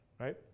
right